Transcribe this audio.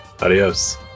adios